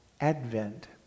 Advent